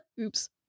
oops